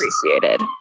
appreciated